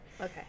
Okay